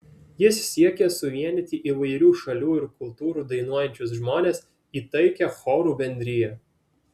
jis siekė suvienyti įvairių šalių ir kultūrų dainuojančius žmones į taikią chorų bendriją